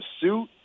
suit